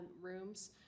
rooms